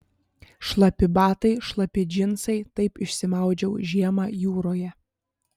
šlapi batai šlapi džinsai taip išsimaudžiau žiemą jūroje